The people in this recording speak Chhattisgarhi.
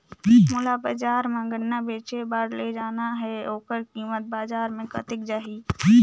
मोला बजार मां गन्ना बेचे बार ले जाना हे ओकर कीमत बजार मां कतेक जाही?